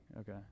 Okay